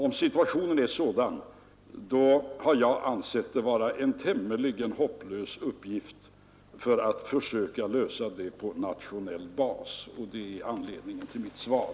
Om situationen är sådan har jag ansett att det är en tämligen hopplös uppgift att försöka lösa den på nationell bas, och det är anledningen till mitt svar.